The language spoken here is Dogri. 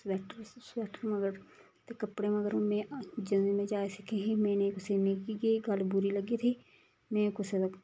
स्वैटर ते स्वैटर मगर ते कपड़े मगर हून जदूं दी में जाच सिक्खी ही मिकी में नेईं कुसैई एह् गल्ल बुरी लग्गी थी में कुसै दा